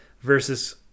versus